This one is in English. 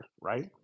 right